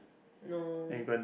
no